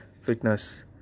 fitness